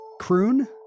Croon